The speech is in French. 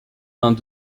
vingt